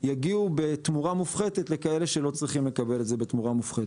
יגיעו בתמורה מופחתת לכאלה שלא צריכים לקבל את זה בתמורה מופחתת.